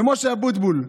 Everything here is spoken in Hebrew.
ומשה אבוטבול,